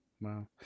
wow